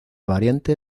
variante